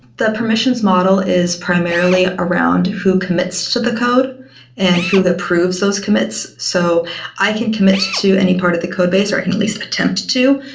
the permissions model is primarily around who commits to the code and who approves those commits. so i can commit to any part of the code base or i can at least attempts to.